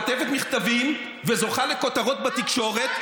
כותבת מכתבים וזוכה לכותרות בתקשורת,